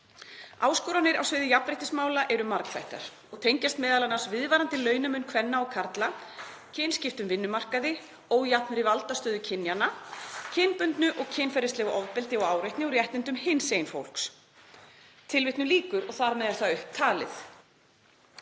„Áskoranir á sviði jafnréttismála eru margþættar og tengjast m.a. viðvarandi launamun kvenna og karla, kynskiptum vinnumarkaði, ójafnri valdastöðu kynjanna, kynbundnu og kynferðislegu ofbeldi og áreitni og réttindum hinsegin fólks.“ Þar með er það upptalið.